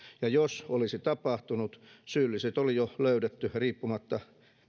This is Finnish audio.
ja jos olisi tapahtunut syylliset oli jo löydetty riippumatta